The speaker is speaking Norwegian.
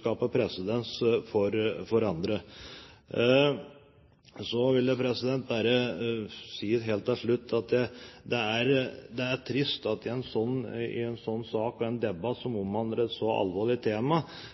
skape presedens, for andre. Så vil jeg bare si helt til slutt at det er trist at noen i en debatt med et så alvorlig tema prøver å dra fram billige poeng og